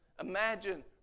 Imagine